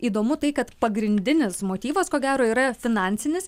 įdomu tai kad pagrindinis motyvas ko gero yra finansinis